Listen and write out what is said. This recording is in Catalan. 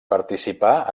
participà